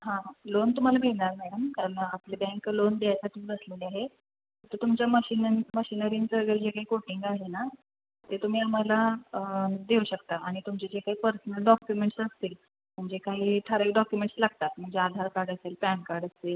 हां हां लोन तुम्हाला मिळणार मॅडम कारण आपली बँक लोन द्यायलाच बसलेली आहे तर तुमचं मशीन आणि मशिनरींचं जे काही कोटिंग आहे ना ते तुम्ही आम्हाला देऊ शकता आणि तुमची जे काही पर्सनल डॉक्युमेंट्स असतील म्हणजे काही ठरावीक डॉक्युमेंट्स लागतात म्हणजे आधार कार्ड असेल पॅन कार्ड असेल